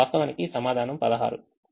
వాస్తవానికి సమాధానం 16